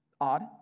Odd